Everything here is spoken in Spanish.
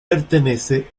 pertenece